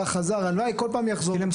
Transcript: הלוואי שיחזור בכל פעם.